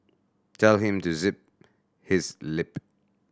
tell him to zip his lip